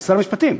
כשר המשפטים,